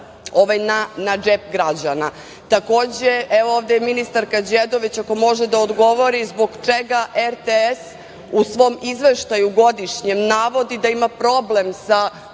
na džep građana. Takođe, evo ovde je ministarka Đedović ako može da odgovori zbog čega RTS u svom izveštaju godišnjem navodi da ima problem sa